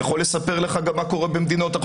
אני יכול לספר לך גם מה קורה במדינות אחרות.